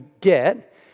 get